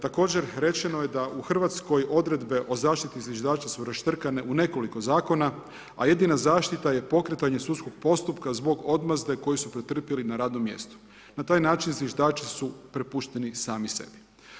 Također, rečeno je da u Hrvatskoj Odredbe o zaštiti zviždača su raštrkane u nekoliko zakona, a jedina zaštita je pokretanje sudskog postupka zbog odmazde koju su pretrpjeli na radnom mjestu, na taj način zviždači su prepušteni sami sebi.